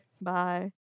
Bye